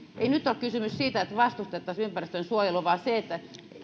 ei nyt ole kysymys siitä että vastustettaisiin ympäristönsuojelua vaan siitä että